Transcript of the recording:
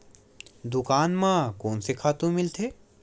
दुकान म कोन से खातु मिलथे?